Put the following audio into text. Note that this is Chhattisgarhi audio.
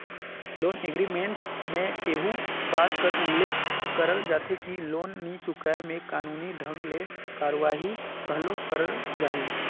लोन एग्रीमेंट में एहू बात कर उल्लेख करल जाथे कि लोन नी चुकाय में कानूनी ढंग ले कारवाही घलो करल जाही